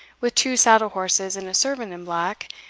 with two saddle-horses and a servant in black,